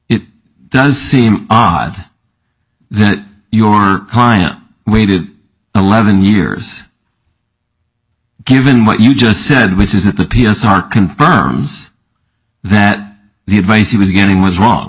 it does seem odd that your client waited eleven years given what you just said which is the p s r confirms that the advice he was getting was wrong